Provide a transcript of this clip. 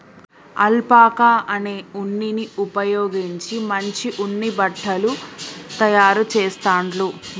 alpaca అనే ఉన్నిని ఉపయోగించి మంచి ఉన్ని బట్టలు తాయారు చెస్తాండ్లు